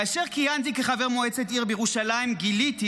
כאשר כיהנתי כחבר מועצת העיר בירושלים גיליתי